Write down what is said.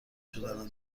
شدن